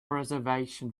reservation